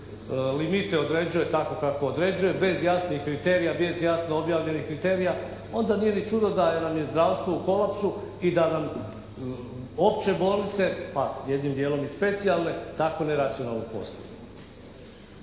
limite određuje tako kako određuje bez jasnih kriterija, bez jasno objavljenih kriterija onda nije ni čudo da nam je zdravstvo u kolapsu i da nam opće bolnice, pa jednim dijelom i specijalne tako neracionalno posluju.